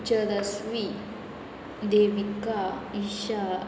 चरस्वी Devika Isha